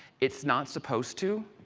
it is not supposed to,